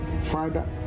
Father